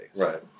Right